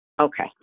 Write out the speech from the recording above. Okay